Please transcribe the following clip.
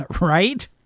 right